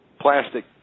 plastic